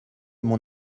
mon